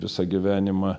visą gyvenimą